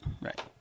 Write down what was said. right